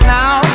now